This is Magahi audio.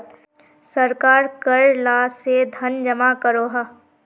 सरकार कर ला से धन जमा करोह